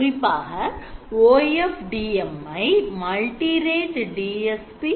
குறிப்பாக OFDM ஐ multirate DSP தலைப்பின் கீழ் பார்க்கின்றோம்